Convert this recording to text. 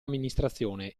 amministrazione